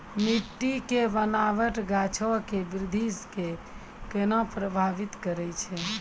मट्टी के बनावट गाछो के वृद्धि के केना प्रभावित करै छै?